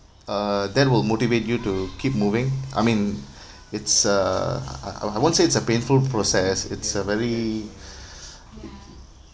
uh that will motivate you to keep moving I mean it's uh I I I won't say it's a painful process it's a very